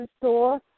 store